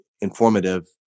informative